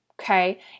Okay